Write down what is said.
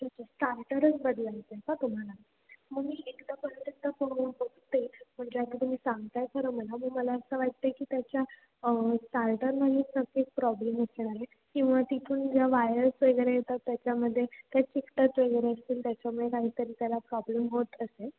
अच्छा स्टार्टरच बदलायचं आहे का तुम्हाला मग मी एकदा परत एकदा ब बघते म्हणजे आता तुम्ही सांगताय खरं मला मग मला असं वाटत आहे की त्याच्या स्टार्टरमध्येच सगळी प्रॉब्लेम असणार आहे किंवा तिथून ज्या वायर्स वगैरे येतात त्याच्यामध्ये त्या चिकटत वगैरे असतील त्याच्यामुळे काही तरी त्याला प्रॉब्लेम होत असेल